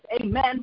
amen